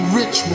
rich